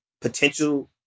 potential